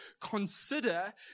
consider